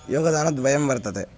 योगदानद्वयं वर्तते